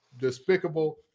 Despicable